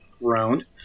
round